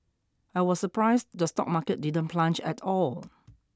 I was surprised the stock market didn't plunge at all